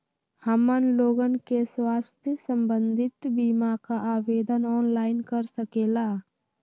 हमन लोगन के स्वास्थ्य संबंधित बिमा का आवेदन ऑनलाइन कर सकेला?